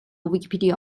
wikipedia